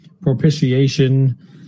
propitiation